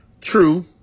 True